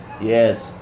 yes